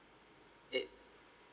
eight